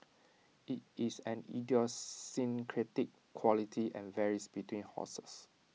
IT is an idiosyncratic quality and varies between horses